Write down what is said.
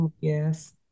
Yes